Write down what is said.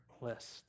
list